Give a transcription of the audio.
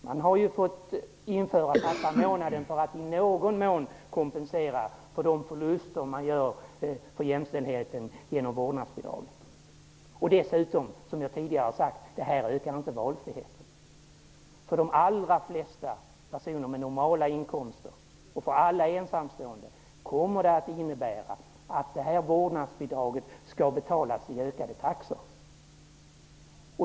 Folkpartiet har fått föreslå pappamånaden för att i någon mån kompensera för de förluster man gör för jämställdheten genom vårdnadsbidraget. Som jag tidigare har sagt ökar vårdnadsbidraget heller inte valfriheten. För de allra flesta med normala inkomster och för alla ensamstående kommer det att innebära att vårdnadsbidraget skall betalas med ökade taxor.